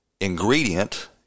ingredient